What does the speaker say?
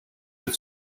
have